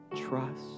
trust